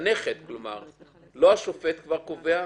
השופט קובע,